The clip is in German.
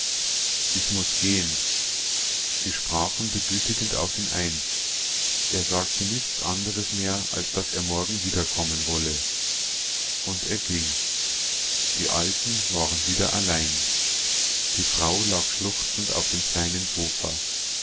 ich muß gehen sie sprachen begütigend auf ihn ein er sagte nichts anderes mehr als daß er morgen wiederkommen wolle und er ging die alten waren wieder allein die frau lag schluchzend auf dem kleinen sofa